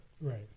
right